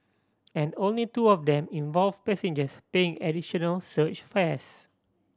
and only two of them involve passengers paying additional surge fares